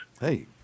Hey